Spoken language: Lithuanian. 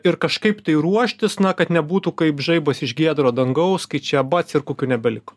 ir kažkaip tai ruoštis na kad nebūtų kaip žaibas iš giedro dangaus kai čia bac ir kukių nebeliko